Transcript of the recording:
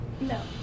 No